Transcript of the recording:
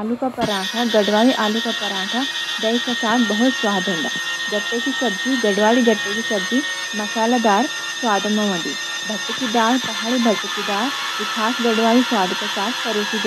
आलू के पराठे: गढ़वाली आलू के पराठे, दही के साथ बहुत स्वाद हों दा। गट्टे की सब्जी: गढ़वाली गट्टे की सब्जी, मसालेदार स्वाद हों दी। भट्ट की दाल: पहाड़ी भट्ट की दाल, जो खास गढ़वाली स्वाद के साथ परोसी जां दी।